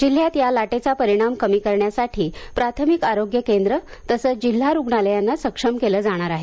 जिल्ह्यात या लाटेचा परिणाम कमी करण्यासाठी प्राथमिक आरोग्य केंद्र तसेच जिल्हा रुग्णालयांना सक्षम केले जाणार आहे